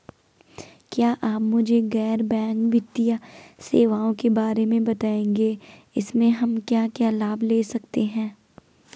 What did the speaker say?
क्या आप मुझे गैर बैंक वित्तीय सेवाओं के बारे में बताएँगे इसमें हम क्या क्या लाभ ले सकते हैं?